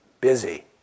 Busy